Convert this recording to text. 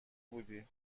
بودی